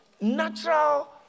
Natural